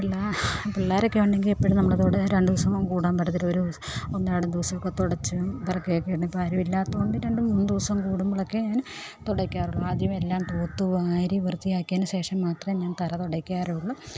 പിള്ളാരൊക്കെ ഉണ്ടെങ്കിൽ എപ്പോഴും നമ്മൾ കൂടെ രണ്ട് ദിവസം കൂടാൻ പറ്റത്തില്ല ഒരു ഒന്നരാടം ദിവസമൊക്കെ തുടച്ചിടും ഇവരൊക്കെ ഇപ്പം ആരും ഇല്ലാത്തത് കൊണ്ട് രണ്ട് മൂന്ന് ദിവസം കുടുമ്പോഴൊക്കെ ഞാൻ തുടയ്ക്കാറുള്ളു ആദ്യമേ എല്ലാം തൂത്തു വാരി വൃത്തിയാക്കിയതിന് ശേഷം മാത്രമേ ഞാൻ തറ തുടയ്ക്കാറുള്ളു